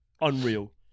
unreal